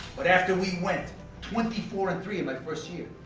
but after we went twenty four and three in my first year,